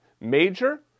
Major